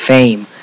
Fame